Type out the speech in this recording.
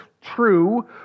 true